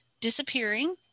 disappearing